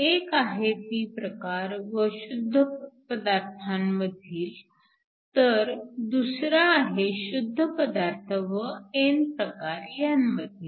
एक आहे p प्रकार व शुद्ध पदार्थामधील तर दुसरा आहे शुद्ध पदार्थ व n प्रकार ह्यांमधील